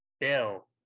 Bill